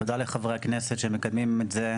תודה לחברי הכנסת שמקדמים את זה,